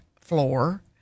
floor